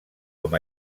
com